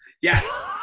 Yes